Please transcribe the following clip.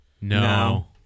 No